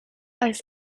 als